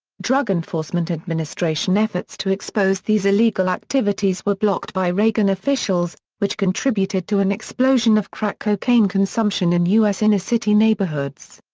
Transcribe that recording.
drug enforcement administration efforts to expose these illegal activities were blocked by reagan officials, which contributed to an explosion of crack cocaine consumption in us inner city neighborhoods.